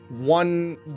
one